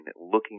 looking